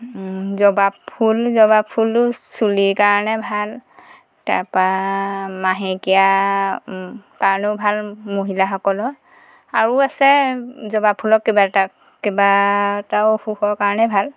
জবাব ফুল জবাব ফুলটো চুলিৰ কাৰণে ভাল তাৰ পা মাহেকীয়াৰ কাৰণেও ভাল মহিলাসকলৰ আৰু আছে জবাব ফুলৰ কেইবাটাও কেইবাটাও অসুখৰ কাৰণেই ভাল